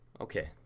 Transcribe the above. okay